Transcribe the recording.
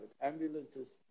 ambulances